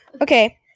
okay